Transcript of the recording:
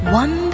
one